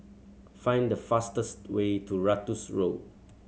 find the fastest way to Ratus Road